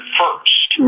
first